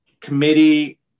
committee